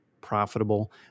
profitable